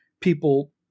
people